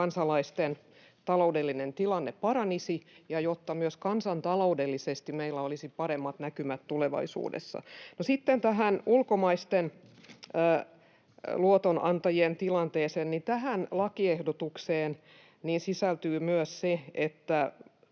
kansalaisten taloudellinen tilanne paranisi ja jotta myös kansantaloudellisesti meillä olisi paremmat näkymät tulevaisuudessa. Sitten tähän ulkomaisten luotonantajien tilanteeseen: Tähän lakiehdotukseen sisältyy myös se, että